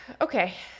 Okay